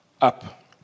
up